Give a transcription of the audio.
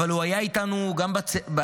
אבל הוא היה איתנו גם בשמחה,